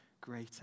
greater